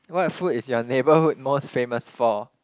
what food is your neighborhood most famous for